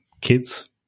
kids